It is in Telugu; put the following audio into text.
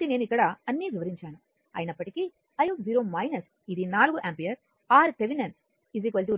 కాబట్టి నేను ఇక్కడ అన్నీ వివరించాను అయినప్పటికీ i ఇది 4 యాంపియర్ RThevenin